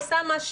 אוסאמה,